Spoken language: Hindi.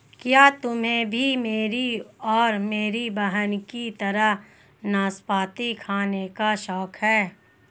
क्या तुम्हे भी मेरी और मेरी बहन की तरह नाशपाती खाने का शौक है?